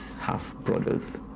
half-brothers